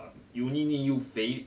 uh 油腻腻又肥